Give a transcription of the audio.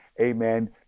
amen